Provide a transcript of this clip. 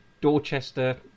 Dorchester